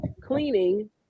cleaning